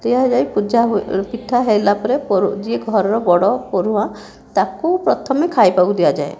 ଦିଆଯାଇ ପୂଜା ପିଠା ହେଲା ଯିଏ ଘରର ବଡ଼ ପୋଢ଼ୁଆଁ ତାକୁ ପ୍ରଥମେ ଖାଇବାକୁ ଦିଆଯାଏ